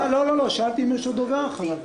לא, לא, שאלתי אם יש עוד דובר אחריו.